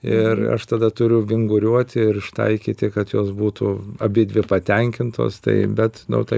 ir aš tada turiu vinguriuoti ir ištaikyti kad jos būtų abidvi patenkintos tai bet nu taip